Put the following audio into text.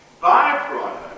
byproduct